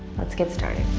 let's get started.